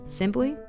simply